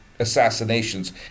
Assassinations